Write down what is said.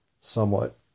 somewhat